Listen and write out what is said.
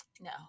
No